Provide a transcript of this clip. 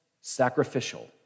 sacrificial